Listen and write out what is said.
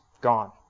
gone